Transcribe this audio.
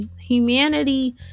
Humanity